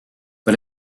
but